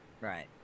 Right